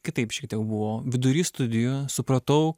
kitaip šiek tiek buvo vidury studijų supratau